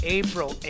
april